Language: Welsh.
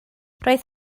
roedd